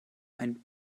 ein